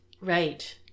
Right